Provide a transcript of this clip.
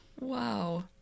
Wow